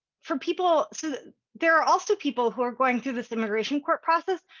for people so there are also people who are going through this immigration court process,